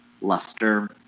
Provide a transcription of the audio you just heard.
luster